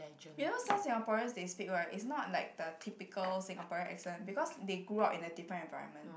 you know some Singaporean they speak right is not like the typical Singaporean accent because they grew up in a different environment